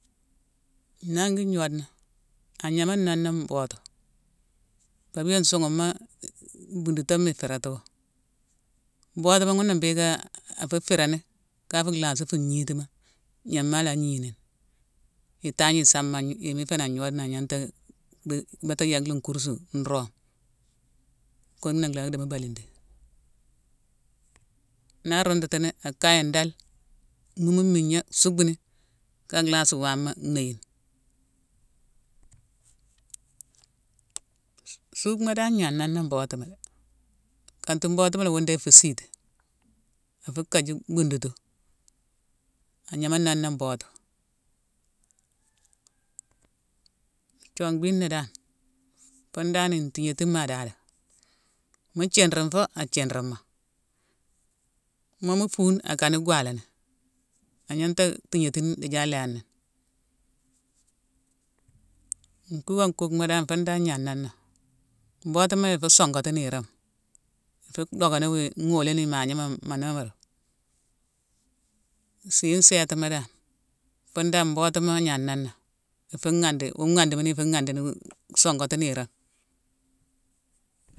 Nangi ngnodena, agnama noné mbotuma. Papia nsughuma e- buntutooma iférétuwa. Mbotuma ghuuna mbhiické-a-afu férani ka fu lhasi fu ngnitima, gnam ma ala gnini. Itangn isamma-i-yéma iféni agnode agnanta dhi bata yek la nkursu, nrome, kuna lha dima baludi. Na romtatini, akaye an dal, mhumu migna, sukbhuni, aka lhasi wama nhéyine. Suukma dan gna nané mbotuma. Kantun mbotuma won dan ifu siiti. Fu kaji buntutooma. Agnama noné mbotu. thionghbina dan, fun dan ntignétima adaado. Mu thinrin fo, athinrin mo. Mo mu fune, akan gwalani agnanta thignétine idithi alanni. Nkuckakuck dan fun dan gna nané. Mbotuma ifu songati niiroom ma. Ifu dockani wu ngholéne imagna ma manobre. Siinsétima dan fun dan mbotuma gna nané ifu ghandi, wu ghandi mune-w-songati niiroone.